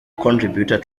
contributor